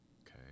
okay